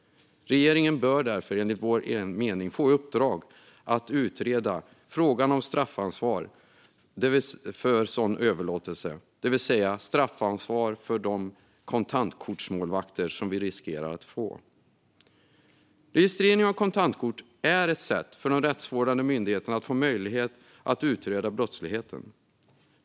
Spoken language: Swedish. Regeringen bör därför enligt vår mening få i uppdrag att utreda frågan om straffansvar för sådan överlåtelse, det vill säga straffansvar för de kontantkortsmålvakter som vi riskerar att få. Registrering av kontantkort är ett sätt för de rättsvårdande myndigheterna att få möjlighet att utreda brottslighet.